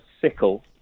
sickle